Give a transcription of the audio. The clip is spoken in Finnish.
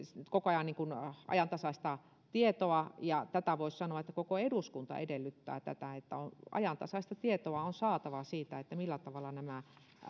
koko ajan ajantasaista tietoa voisi sanoa että koko eduskunta edellyttää tätä että ajantasaista tietoa on saatava siitä millä tavalla nämä